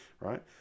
right